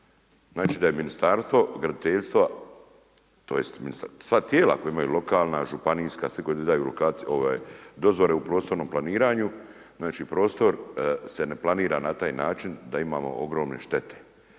Znači da je Ministarstvo graditeljstva, tj. sva tijela koja imaju lokalna, županijska svi koji izdaju lokacije, dozvole u prostornom planiranju, znači prostor se ne planira na taj način da imamo ogromne štete.